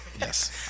Yes